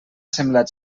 semblat